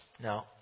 No